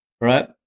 right